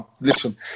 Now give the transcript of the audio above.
listen